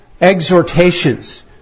exhortations